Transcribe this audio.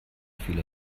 viele